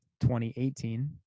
2018